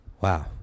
Wow